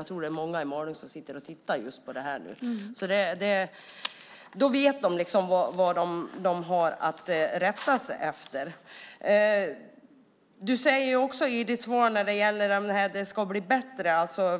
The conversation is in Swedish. Jag tror att många i Malung just nu sitter och tittar på tv-sändningen av den här debatten. Då vet de också vad de har att rätta sig efter. I svaret sägs också att